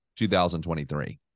2023